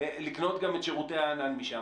לקנות גם את שירותי הענן משם.